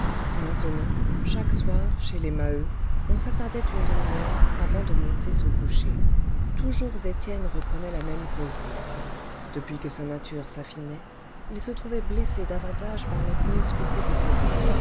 maintenant chaque soir chez les maheu on s'attardait une demi-heure avant de monter se coucher toujours étienne reprenait la même causerie depuis que sa nature s'affinait il se trouvait blessé davantage par les promiscuités du coron